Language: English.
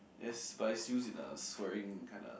yes but it's use in a swearing kind a